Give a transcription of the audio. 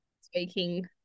speaking